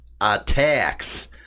attacks